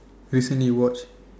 briefly you watch